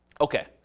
Okay